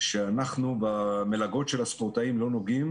שאנחנו במלגות של הספורטאים לא נוגעים.